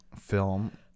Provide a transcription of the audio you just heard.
film